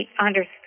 understood